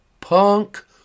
punk